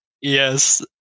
Yes